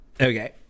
Okay